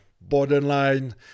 borderline